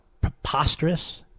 preposterous